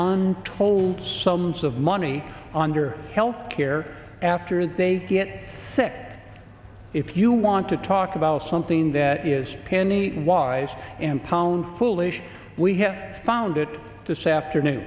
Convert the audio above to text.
on told sums of money under health care after they get sick if you want to talk about something that is penny wise and pound foolish we have found it this afternoon